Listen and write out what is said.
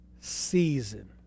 Season